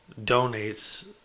donates